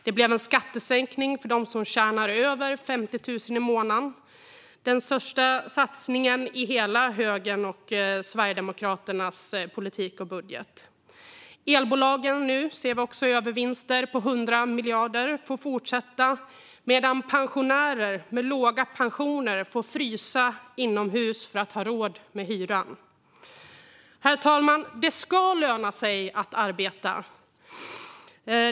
Det blev en skattesänkning för dem som tjänar över 50 000 i månaden, den största satsningen i högerns och Sverigedemokraternas budget. Elbolagens övervinster på 100 miljarder får fortsätta, medan pensionärer med låga pensioner får frysa inomhus för att ha råd med hyran. Herr talman! Det ska löna sig att arbeta.